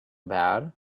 bad